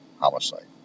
Homicide